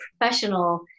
professional